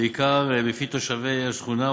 בעיקר בפי תושבי השכונה.